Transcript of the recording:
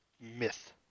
myth